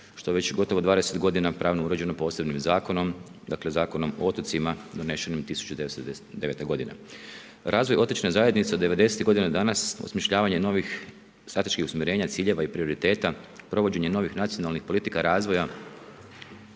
što već gotovo 20 godina pravno uređeno posebnim zakonom, dakle Zakonom o otocima donešenim 1999. godine. Razvoj otočne zajednice od '90. do danas je osmišljavanje novih strateških usmjerenja, ciljeva i prioriteta, provođenje novih nacionalnih politika razvoja